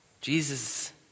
Jesus